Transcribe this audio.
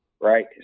Right